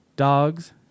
Dogs